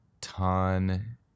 Ton